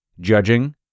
judging